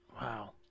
wow